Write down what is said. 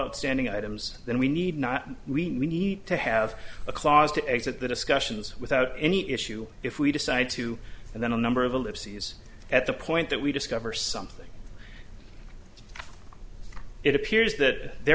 outstanding items then we need not we need to have a clause to exit the discussions without any issue if we decide to and then a number of ellipses at the point that we discover something it appears that the